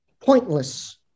pointless